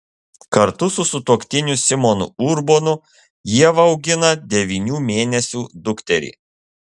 kartu su sutuoktiniu simonu urbonu ieva augina devynių mėnesių dukterį